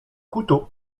couteau